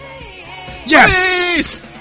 Yes